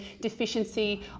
deficiency